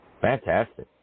Fantastic